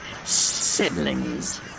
Siblings